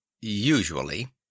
Usually